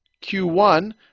q1